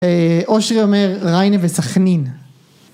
‫אושרי אומר, ריינה וסכנין.